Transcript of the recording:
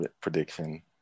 prediction